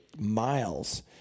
miles